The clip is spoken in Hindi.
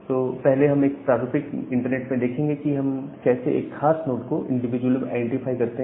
तो पहले हम एक प्रारूपिक इंटरनेट में देखेंगे कि हम कैसे एक खास नोड को इंडिविजुअली आईडेंटिफाई करते हैं